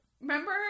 remember